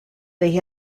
they